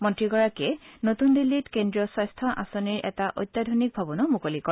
মন্ত্ৰীগৰাকীয়ে নতুন দিল্লীত কেন্দ্ৰীয় স্বাস্থ্য আঁচনিৰ এটা অত্যাধুনিক ভৱনো মুকলি কৰে